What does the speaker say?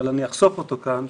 אבל אני אחשוף אותו כאן.